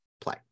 play